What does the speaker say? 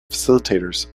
facilitators